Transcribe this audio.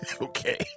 Okay